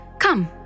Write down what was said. Come